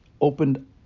opened